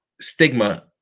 stigma